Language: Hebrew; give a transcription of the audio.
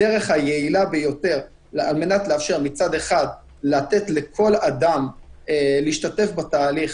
הדרך היעילה ביותר על מנת לתת לכל אדם להשתתף בתהליך,